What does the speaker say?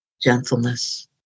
gentleness